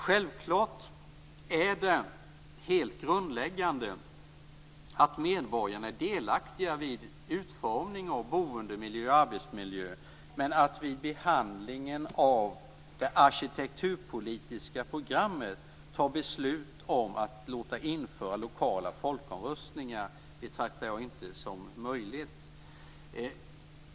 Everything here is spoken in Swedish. Självklart är det helt grundläggande att medborgarna är delaktiga vid utformning av boendemiljö och arbetsmiljö, men att vid behandlingen av det arkitekturpolitiska programmet ta beslut om införande av lokala folkomröstningar betraktar jag inte som möjligt.